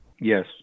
Yes